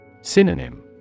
Synonym